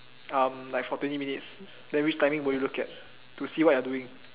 uh like for twenty minutes then which timing will you look at to see what you are doing